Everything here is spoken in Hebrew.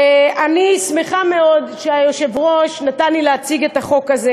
אני שמחה מאוד שהיושב-ראש נתן לי להציג את החוק הזה,